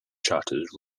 charters